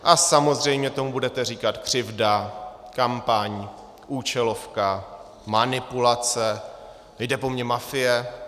A samozřejmě tomu budete říkat křivda, kampaň, účelovka, manipulace, jde po mně mafie.